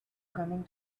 coming